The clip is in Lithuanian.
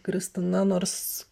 kristina nors